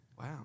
Wow